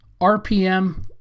RPM